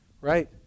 right